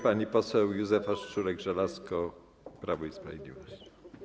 Pani poseł Józefa Szczurek-Żelazko, Prawo i Sprawiedliwość.